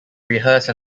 rehearse